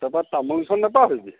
তাৰপৰা তামোল কেইখন নাপাহৰিবি